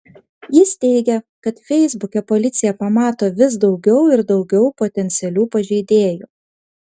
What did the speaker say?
jis teigia kad feisbuke policija pamato vis daugiau ir daugiau potencialių pažeidėjų